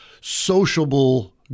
sociable